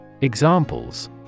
Examples